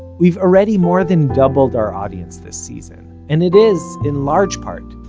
we've already more than doubled our audience this season. and it is, in large part,